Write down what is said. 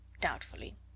doubtfully